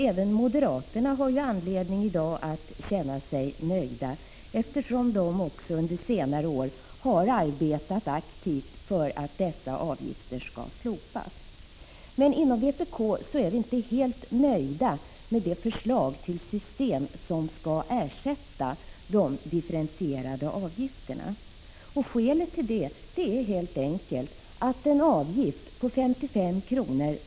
Även moderaterna har ju anledning att känna sig nöjda i dag, eftersom också de under senare år har arbetat aktivt för att dessa avgifter skall slopas. Men inom vpk är vi inte helt nöjda med det system som föreslås ersätta de differentierade avgifterna. Skälet till detta är helt enkelt att en avgift på 55 kr.